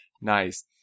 Nice